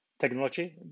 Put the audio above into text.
technology